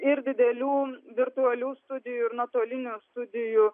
ir didelių virtualių studijų ir nuotolinių studijų